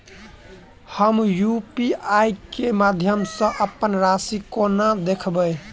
हम यु.पी.आई केँ माध्यम सँ अप्पन राशि कोना देखबै?